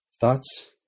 Thoughts